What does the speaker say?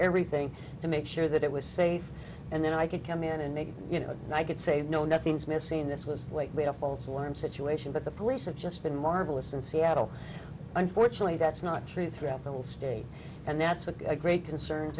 everything to make sure that it was safe and then i could come in and make you know and i could say no nothing's missing this was the way that a false alarm situation but the police have just been marvelous in seattle unfortunately that's not true throughout the whole state and that's of great concern